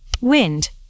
wind